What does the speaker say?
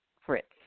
Fritz